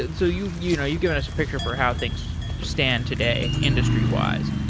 and so you've you know you've given us a picture for how things stand today industry wise.